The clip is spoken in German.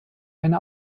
eine